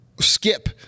skip